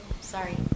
Sorry